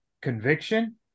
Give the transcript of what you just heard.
Conviction